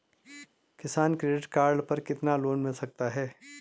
किसान credit card पर कितना लोंन मिल सकता है?